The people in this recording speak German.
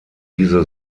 diese